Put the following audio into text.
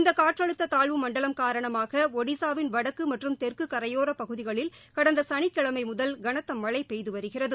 இந்த காற்றழுத்த தாழ்வு மண்டலம் காரணமாக ஒடிசாவின் வடக்கு மற்றும் தெற்கு கரையோரப்பகுதிகளில் கடந்த சனிக்கிழமை முதல் கனத்தமழை பெய்து வருகிறது